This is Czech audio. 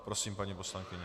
Prosím, paní poslankyně.